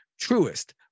truest